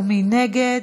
ומי נגד?